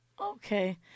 Okay